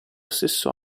stesso